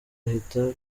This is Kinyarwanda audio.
ahitwa